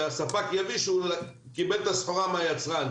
שהספק יביא שהוא קיבל את הסחורה מהיצרן.